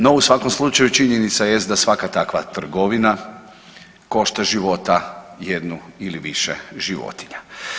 No u svakom slučaju činjenica jest da svaka takva trgovina košta života jednu ili više životinja.